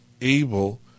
able